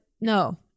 no